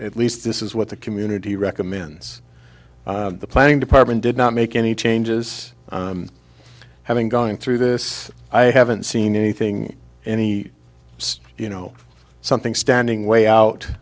at least this is what the community recommends the planning department did not make any changes have been going through this i haven't seen anything any you know something standing way out